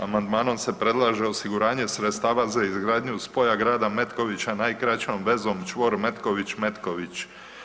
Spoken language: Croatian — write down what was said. Amandmanom se predlaže osiguranje sredstava za izgradnju spoja Grada Metkovića najkraćom vezom čvor Metković – Metković.